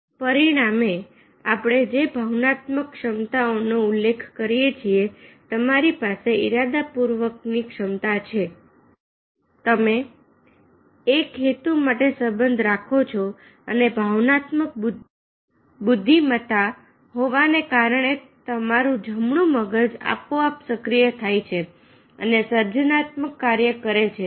પરિણામે આપણે જે ભાવનાત્મક ક્ષમતાઓનો ઉલ્લેખ કરીએ છીએ તમારી પાસે ઇરાદાપૂર્વક ની ક્ષમતા છે તમે એક હેતુ માટે સંબંધ રાખો છો ભાવનાત્મક બુદ્ધિ મતા હોવાને કારણે તમારું જમણા મગજ આપોઆપ સક્રિય થાય છે અને સર્જનાત્મક કાર્ય કરે છે